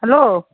hello